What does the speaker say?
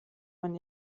man